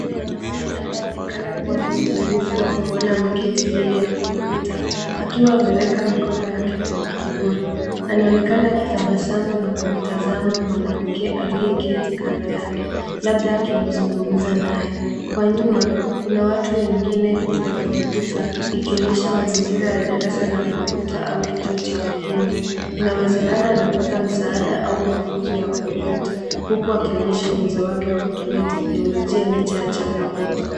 Mwanaume anayeonekana kuwa na upungufu wa kuona ameketi mbele ya kompyuta, akiwa ameweka mikono yake kwenye kibodi. Anaonekana akitabasamu na kumtazama mwanamke aliyeketi kando yake, labda akizungumza naye. Kwa nyuma kuna watu wengine na kompyuta, ikionyesha mazingira ya darasa la kompyuta au kituo cha mafunzo. Inawezekana anapata msaada au mafunzo ya kompyuta, huku akionyesha uwezo wake wa kutumia teknolojia, licha ya changamoto.